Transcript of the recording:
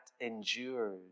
endures